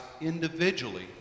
individually